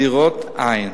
דירות אין.